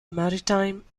maritime